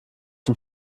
dem